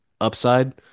upside